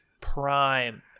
prime